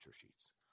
sheets